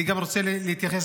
אני גם רוצה להתייחס